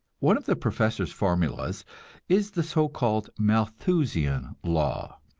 one of the professor's formulas is the so-called malthusian law,